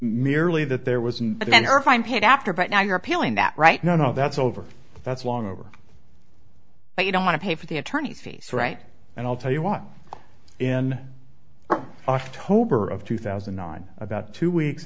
merely that there was and then her fine paid after but now you're appealing that right now no that's over that's long over but you don't want to pay for the attorney fees right and i'll tell you want in october of two thousand and nine about two weeks